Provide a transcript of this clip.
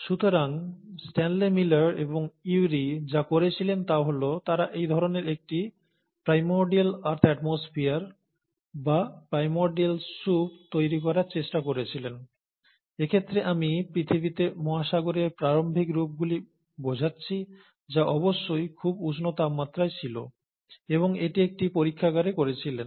সুতরাং Stanley Miller এবং Urey যা করেছিলেন তা হল তারা এই ধরণের একটি প্রাইমোরডিয়াল আর্থ অ্যাটমোস্ফিয়ার বা প্রাইমোরডিয়াল স্যুপ তৈরি করার চেষ্টা করেছিলেন এক্ষেত্রে আমি পৃথিবীতে মহাসাগরের প্রারম্ভিক রূপগুলি বোঝাচ্ছি যা অবশ্যই খুব উষ্ণ তাপমাত্রায় ছিল এবং এটি একটি পরীক্ষাগারে করেছিলেন